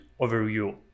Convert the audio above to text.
overview